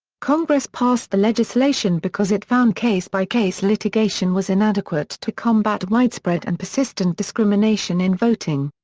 congress passed the legislation because it found case by case litigation was inadequate to combat widespread and persistent discrimination in voting.